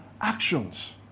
actions